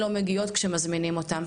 לא מגיעות כשמזמינים אותם,